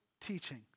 teaching